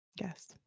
yes